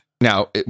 Now